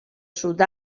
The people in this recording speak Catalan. sud